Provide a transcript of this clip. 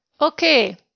Okay